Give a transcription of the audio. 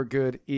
good